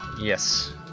Yes